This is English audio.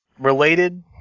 Related